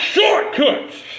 Shortcuts